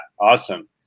Awesome